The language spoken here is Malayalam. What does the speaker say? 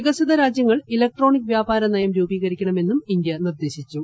വികസിത രാജ്യങ്ങൾ ഇലക്ട്രോണിക് വ്യാപാര നയം രൂപീകരിക്കണമെന്നും ഇന്ത്യ നിർദ്ദേശിച്ചു